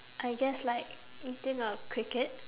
I guess like eating a cricket